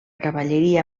cavalleria